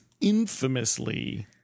infamously